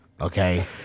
okay